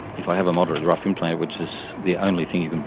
if i have a moderately rough implant, which is the only thing you